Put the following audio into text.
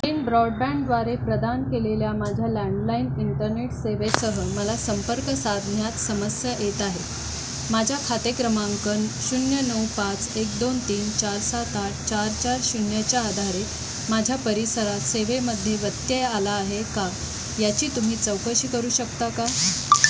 Den ब्रॉडबँडद्वारे प्रदान केलेल्या माझ्या लँडलाईन इंटरनेट सेवेसह मला संपर्क साधण्यात समस्या येत आहे माझ्या खाते क्रमांक शून्य नऊ पाच एक दोन तीन चार सात आठ चार चार शून्यच्या आधारित माझ्या परिसरात सेवेमध्ये व्यत्यय आला आहे का याची तुम्ही चौकशी करू शकता का